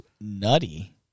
nutty